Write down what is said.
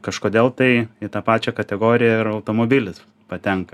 kažkodėl tai į tą pačią kategoriją ir automobilis patenka